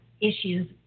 issues